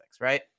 right